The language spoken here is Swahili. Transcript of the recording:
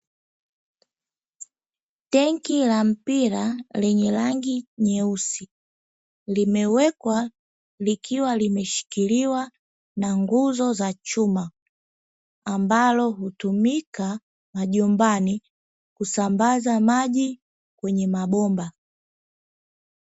Tenki la mpira lenye rangi nyeusi, limewekwa likiwa limeshikiliwa na nguzo za chuma, ambalo hutumika majumbani kusambaza maji kwenye mabomba.